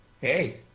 Hey